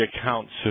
accounts